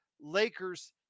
Lakers